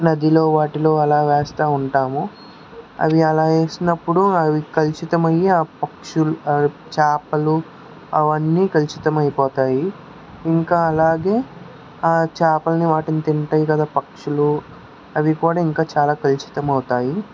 నదిలో వాటిలో అలా వేస్తూ ఉంటాము అవి అలా వేసినపుడు కలుషితమయ్యి చాపలు పక్షులు చాపలు అవన్నీ కలుషితమయిపోతాయి ఇంక అలాగే ఆ చాపల్ని వాటిని తింటాయి కథ పక్షులు అవి కూడా ఇంక చాలా కలుషితమవుతాయి